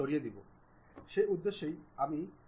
তো সেই উদ্দেশ্যে আমি কী করব